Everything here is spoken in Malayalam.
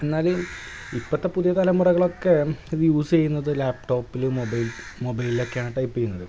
എന്നാലും ഇപ്പോഴത്തെ പുതിയ തലമുറകളൊക്കെ ഇത് യൂസ് ചെയ്യുന്നത് ലാപ്പ് ടോപ്പിലും മൊബൈലിലൊക്കെയാണ് ടൈപ്പ് ചെയ്യുന്നത്